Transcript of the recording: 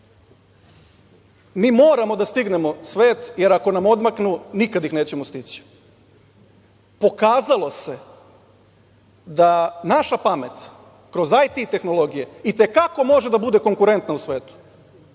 Mi moramo da stignemo svet, jer ako nam odmaknu nikada ih nećemo stići. Pokazalo se da naša pamet, kroz IT tehnologije i te kako može da bude konkurentna u svetu.